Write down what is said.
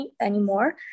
anymore